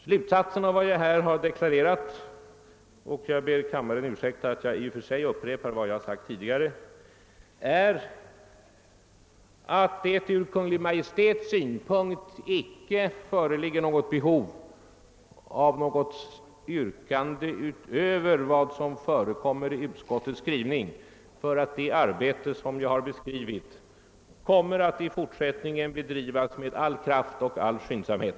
Slutsatsen av vad jag här deklarerat — och jag ber kammaren ursäkta att jag i och för sig upprepar vad jag sagt tidigare — är att det från Kungl. Maj:ts synpunkt icke föreligger behov av något yrkande utöver vad som förekommer i utskottets skrivning för att det arbete som jag har beskrivit i fortsättningen skall bedrivas med all kraft och all skyndsamhet.